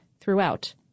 throughout